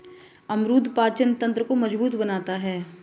अमरूद पाचन तंत्र को मजबूत बनाता है